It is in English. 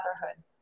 motherhood